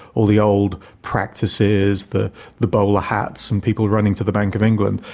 all the old practices, the the bowler hats, and people running to the bank of england,